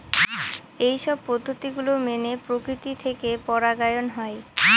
এইসব পদ্ধতি গুলো মেনে প্রকৃতি থেকে পরাগায়ন হয়